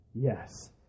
Yes